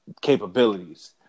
capabilities